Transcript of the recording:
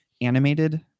animated